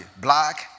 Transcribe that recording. black